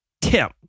Tim